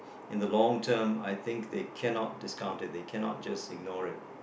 in the long term I think they cannot discount it they cannot just ignore it